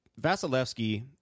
Vasilevsky